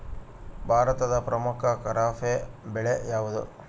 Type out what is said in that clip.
ಭಾರತದ ಪ್ರಮುಖ ಖಾರೇಫ್ ಬೆಳೆ ಯಾವುದು?